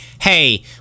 hey